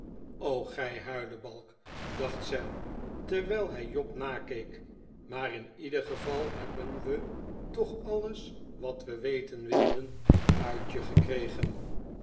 gij huilebalk dacht sam terwijl hij job nakeek maar in ieder geval hebben we toch alles wat we weten wilden uit je gekregen